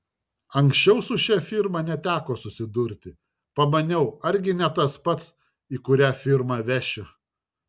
anksčiau su šia firma neteko susidurti pamaniau argi ne tas pats į kurią firmą vešiu